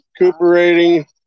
recuperating